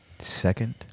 Second